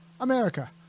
america